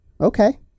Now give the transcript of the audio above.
Okay